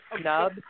snub